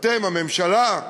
אתם, הממשלה,